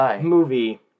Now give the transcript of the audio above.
movie